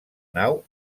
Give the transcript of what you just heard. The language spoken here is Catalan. nau